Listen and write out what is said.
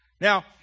Now